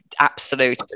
absolute